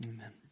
Amen